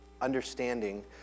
understanding